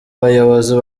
bayobozi